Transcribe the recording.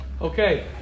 Okay